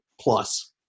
plus